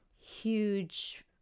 huge